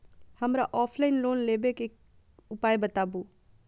हमरा offline loan लेबे के उपाय बतबु?